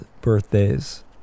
birthdays